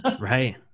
right